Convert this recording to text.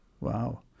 Wow